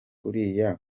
uriya